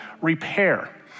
repair